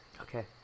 Okay